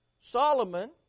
Solomon